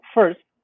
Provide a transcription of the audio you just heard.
First